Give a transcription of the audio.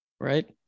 Right